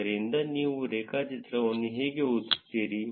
ಆದ್ದರಿಂದ ನೀವು ರೇಖಾಚಿತ್ರ ಅನ್ನು ಹೇಗೆ ಓದುತ್ತೀರಿ